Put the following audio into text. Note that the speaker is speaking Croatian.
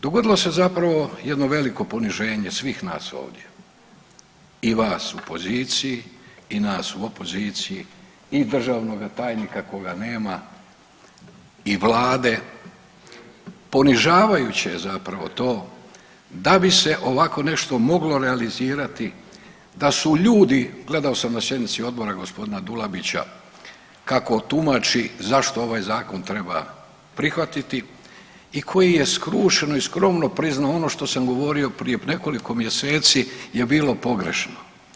Dogodilo se zapravo jedno veliko poniženje svih nas ovdje, i vas u poziciji i nas u opoziciji i državnoga tajnika koga nema, i Vlade, ponižavajuće je zapravo to, da bi se ovako nešto moglo realizirati, da su ljudi, gledao sam na sjednici Odbora gospodina Dulabića, kako tumači zašto ovaj Zakon treba prihvatiti, i koji je skrušeno i skromno priznao ono što sam govorio prije nekoliko mjeseci je bilo pogrešno.